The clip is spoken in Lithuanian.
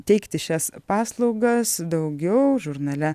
teikti šias paslaugas daugiau žurnale